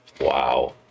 wow